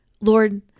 Lord